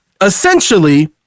essentially